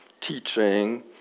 teaching